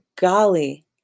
golly